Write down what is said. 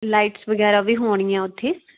lights ਵਗੈਰਾ ਵੀ ਹੋਣਗੀਆਂ ਉੱਥੇ